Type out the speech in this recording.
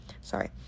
sorry